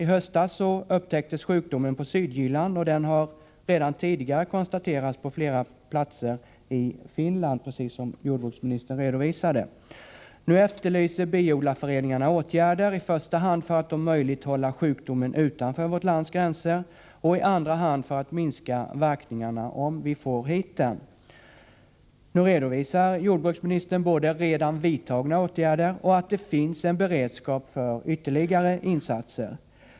I höstas upptäcktes sjukdomen på Sydjylland, och den har redan tidigare konstaterats på flera platser i Finland, precis som jordbruksministern redovisade. Nu efterlyser biodlarföreningarna åtgärder, i första hand för att om möjligt hålla sjukdomen utanför vårt lands gränser och i andra hand för att minska verkningarna, om vi får hit den. Jordbruksministern redovisar både redan vidtagna åtgärder och en beredskap för ytterligare insatser.